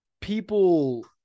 people